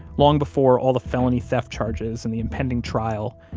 long before all the felony theft charges and the impending trial,